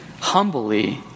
humbly